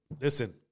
Listen